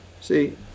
See